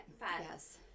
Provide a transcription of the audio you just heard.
yes